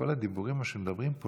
כל הדיבורים שמדברים פה,